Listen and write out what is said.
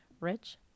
rich